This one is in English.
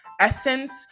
Essence